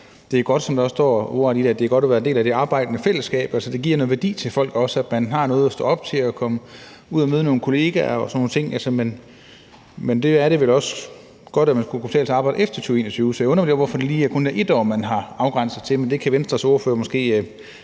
at det – som der også står i forslaget – er godt at være en del af det arbejdende fællesskab. Altså, det giver noget værdi til folk, at de har noget at stå op til og kommer ud og møder nogle kollegaer og sådan nogle ting. Men det er vel også godt, at det kan betale sig at arbejde efter 2021, så jeg undrer mig lidt over, hvorfor det kun er 1 år, man har afgrænset det til. Det kan Venstres ordfører måske